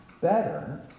better